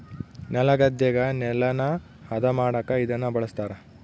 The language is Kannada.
ನೆಲಗದ್ದೆಗ ನೆಲನ ಹದ ಮಾಡಕ ಇದನ್ನ ಬಳಸ್ತಾರ